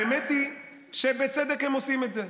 האמת היא שבצדק הם עושים את זה.